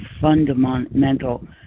fundamental